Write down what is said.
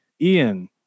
Ian